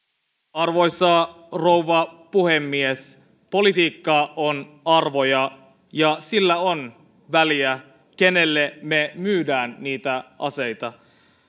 arvoisa rouva puhemies politiikka on arvoja ja sillä on väliä kenelle me myymme aseita